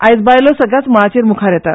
आयज बायलो सगळ्याच मळाचेर मुखार येता